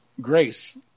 grace